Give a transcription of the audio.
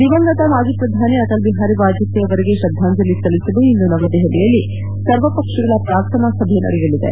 ದಿವಂಗತ ಮಾಜಿ ಪ್ರಧಾನಮಂತ್ರಿ ಅಟಲ್ ಬಿಹಾರಿ ವಾಜಪೇಯಿ ಅವರಿಗೆ ಶ್ರದ್ದಾಂಜಲಿ ಸಲ್ಲಿಸಲು ಇಂದು ನವದೆಹಲಿಯಲ್ಲಿ ಸರ್ವಪಕ್ಷಗಳ ಪ್ರಾರ್ಥನಾ ಸಭೆ ನಡೆಯಲಿದೆ